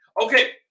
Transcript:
Okay